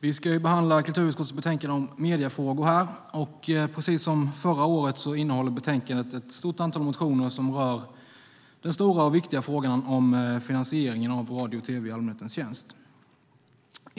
Vi ska här behandla kulturutskottets betänkande om mediefrågor. Precis som förra året innehåller betänkandet ett stort antal motioner som rör den stora och viktiga frågan om finansieringen av radio och tv i allmänhetens tjänst.